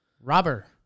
Robber